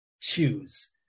choose